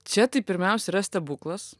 čia tai pirmiausia yra stebuklas